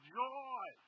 joy